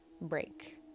break